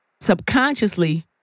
subconsciously